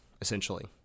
essentially